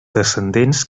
descendents